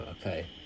Okay